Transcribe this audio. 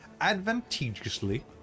advantageously